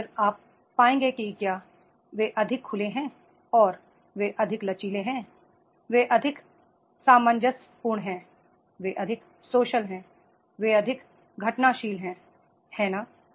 और फिर आप पाएंगे कि क्या वे अधिक खुले हैं और वे अधिक लचीले हैं वे अधिक सामंजस्यपूर्ण हैं वे अधिक सोशल हैं वे अधिक घटनाशील हैं है ना